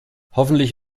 hoffentlich